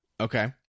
Okay